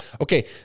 Okay